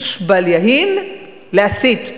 איש בל יהין להסית.